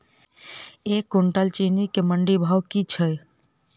एक कुनटल चीनी केँ मंडी भाउ की छै?